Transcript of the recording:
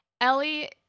Ellie